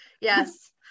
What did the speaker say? yes